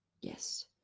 Yes